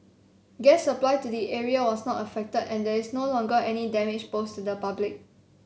gas supply to the area was not affected and there is no longer any danger posed to the public